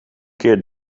keer